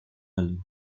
lalu